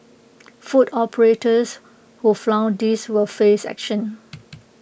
food operators who flout this will face action